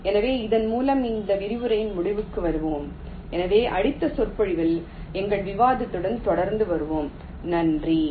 எனவே இதன் மூலம் இந்த விரிவுரையின் முடிவுக்கு வருவோம் எனவே அடுத்த சொற்பொழிவில் எங்கள் விவாதத்துடன் தொடர்ந்து வருவோம்